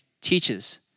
teaches